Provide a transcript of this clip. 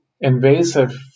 invasive